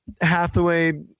Hathaway